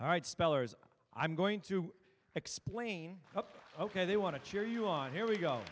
all right spellers i'm going to explain ok they want to cheer you on here we go